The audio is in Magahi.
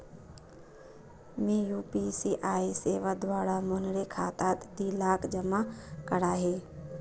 मी यु.पी.आई सेवार द्वारा मोहनेर खातात दी लाख जमा करयाही